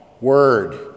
word